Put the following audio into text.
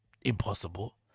impossible